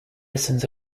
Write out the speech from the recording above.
essence